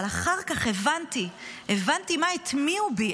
אבל אחר כך הבנתי מה הטמיעו בי,